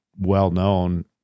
well-known